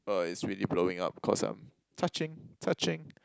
uh it's really blowing up cause I'm touching touching